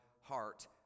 heart